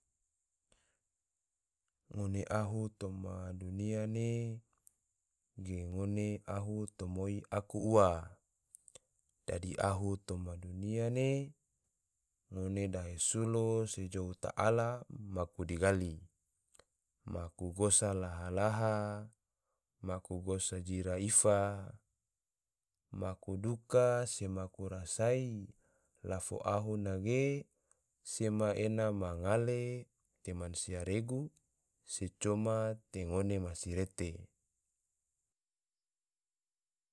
Ngone ahu toma dunia ne ge, ngone ahu tomoi aku ua, dadi ahu toma dunia ne, ngone dahe sulo se jou ta allah maku digali, maku gosa laha-laha, maku gosa jira ifa, maku duka, se maku rasai, la fo ahu nege sema ena ma ngale te mansia regu, se coma te ngone masirete